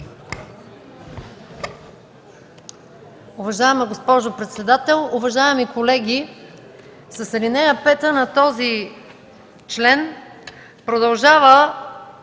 Уважаема госпожо председател, уважаеми колеги! С ал. 5 на този член продължава